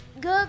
Good